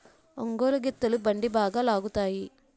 ఒంగోలు గిత్తలు బండి బాగా లాగుతాయి